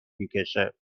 میکشه